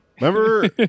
Remember